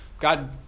God